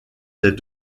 des